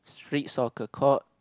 street soccer court